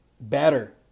better